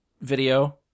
video